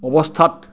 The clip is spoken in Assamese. অৱস্থাত